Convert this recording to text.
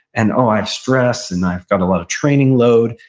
and, oh i have stress, and i've got a lot of training load,